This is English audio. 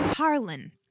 Harlan